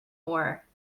ore